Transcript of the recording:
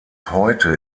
heute